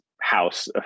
house